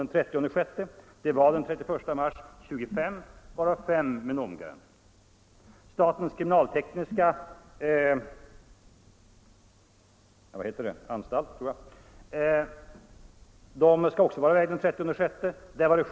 vid verksutflyttning, "Det kan rimligen inte vara tillfredsställande.